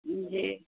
जी